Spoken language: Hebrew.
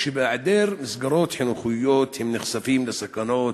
בהיעדר מסגרות חינוכיות הם נחשפים לסכנות,